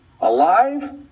alive